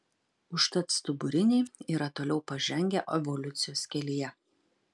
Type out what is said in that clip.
užtat stuburiniai yra toliau pažengę evoliucijos kelyje